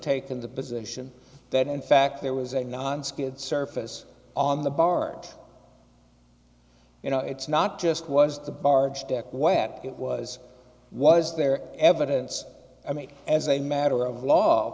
taken the position that in fact there was a nonskid surface on the bart you know it's not just was the barge deck wet it was was there evidence i mean as a matter of law